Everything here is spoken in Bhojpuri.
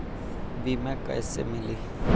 बीमा कैसे मिली?